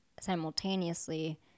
simultaneously